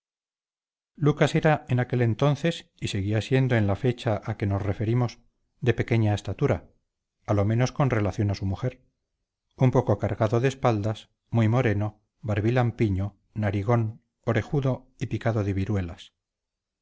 lucas era en aquel entonces y seguía siendo en la fecha a que nos referimos de pequeña estatura a los menos con relación a su mujer un poco cargado de espaldas muy moreno barbilampiño narigón orejudo y picado de viruelas